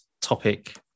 topic